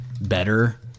better